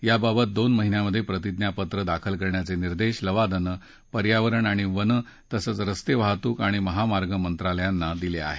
याबाबत दोन महिन्यात प्रतिज्ञापत्र दाखल करण्याचे निर्देश लवादानं पर्यावरण अणि वन तसंच स्स्ते वाहतूक आणि महामार्ग मंत्रालयांना दिले आहेत